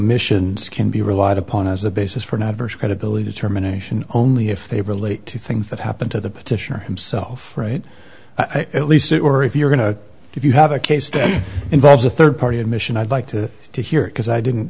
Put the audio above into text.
omissions can be relied upon as the basis for an adverse credibility determination only if they relate to things that happened to the petitioner himself right i believe it or if you're going to if you have a case that involves a third party admission i'd like to to hear it because i didn't